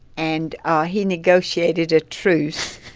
and ah he negotiated a truce.